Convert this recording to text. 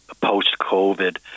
post-COVID